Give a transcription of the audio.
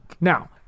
now